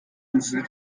insel